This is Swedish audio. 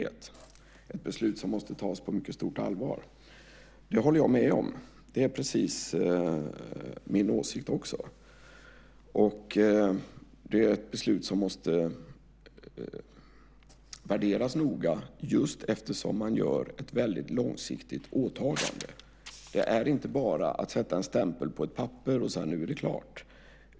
Det är ett beslut som måste tas på mycket stort allvar. Det håller jag med om. Det är precis min åsikt. Det är ett beslut som måste värderas noga just eftersom man gör ett långsiktigt åtagande. Det är inte bara att sätta en stämpel på ett papper och säga: "Nu är det klart."